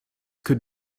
could